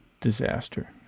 disaster